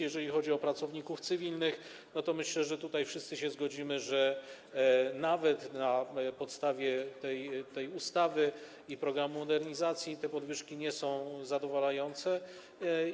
Jeżeli chodzi o pracowników cywilnych, to myślę, że tutaj wszyscy się zgodzimy, że nawet na podstawie tej ustawy i programu modernizacji te podwyżki nie są zadowalające.